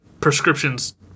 prescriptions